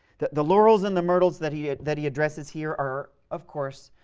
the the laurels and the myrtles that he ah that he addresses here are, of course,